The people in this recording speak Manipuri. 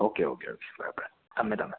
ꯑꯣꯀꯦ ꯑꯣꯀꯦ ꯑꯣꯀꯦ ꯐꯔꯦ ꯐꯔꯦ ꯊꯝꯃꯦ ꯊꯝꯃꯦ